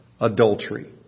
adultery